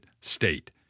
state